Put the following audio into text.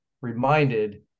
reminded